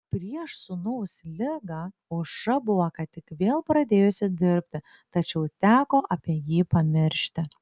prieš sūnaus ligą aušra buvo ką tik vėl pradėjusi dirbti tačiau teko apie jį pamiršti